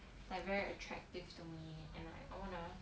like very attractive to me and like I wanna